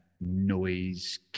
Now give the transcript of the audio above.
noise